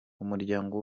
umuryango